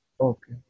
Okay